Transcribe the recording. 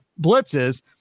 blitzes